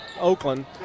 Oakland